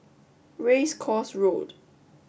Race Course Road